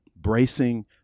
bracing